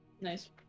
Nice